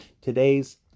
Today's